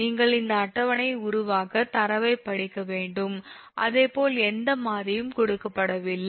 நீங்கள் இந்த அட்டவணையை உருவாக்க தரவைப் படிக்க வேண்டும் அதேபோல் எந்த மாறியும் கொடுக்கப்படவில்லை